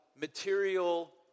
material